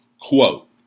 quote